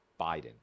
Biden